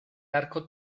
arco